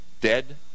Dead